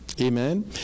Amen